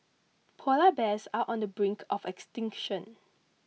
Polar Bears are on the brink of extinction